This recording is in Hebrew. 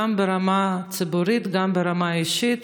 גם ברמה הציבורית, גם ברמה האישית